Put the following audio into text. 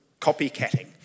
copycatting